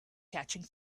catching